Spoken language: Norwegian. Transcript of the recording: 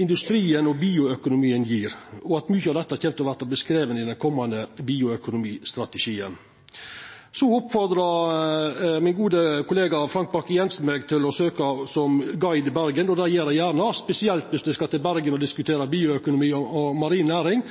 industrien og bioøkonomien gjev, og at mykje av dette kjem til å verta skrive om i den komande bioøkonomistrategien. Min gode kollega Frank Bakke-Jensen oppfordra meg til å søkja om å verta guide i Bergen, og det gjer eg gjerne – spesielt viss eg skal til Bergen